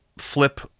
Flip